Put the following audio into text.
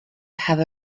have